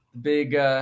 big